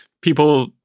People